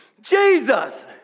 Jesus